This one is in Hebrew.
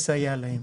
לסייע להם.